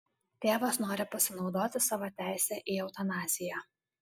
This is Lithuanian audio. tėvas nori pasinaudoti savo teise į eutanaziją